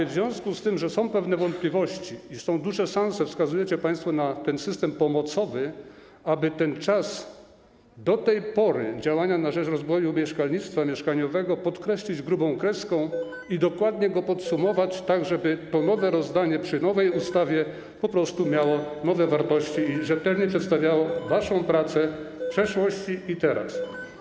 W związku z tym, że są pewne wątpliwości, iż są duże szanse... - wskazujecie państwo na system pomocowy - mam jedną prośbę: o to, aby czas do tej pory działania na rzecz rozwoju mieszkalnictwa mieszkaniowego podkreślić grubą kreską i dokładnie go podsumować, tak żeby nowe rozdanie przy nowej ustawie miało po prostu nowe wartości i rzetelnie przedstawiało waszą pracę w przeszłości i teraz.